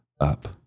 up